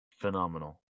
phenomenal